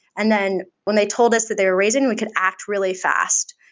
and then when they told us that they were raising, we could act really fast,